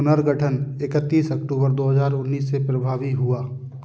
पुनर्गठन इकतीस अक्टूबर दो हज़ार उन्नीस से प्रभावी हुआ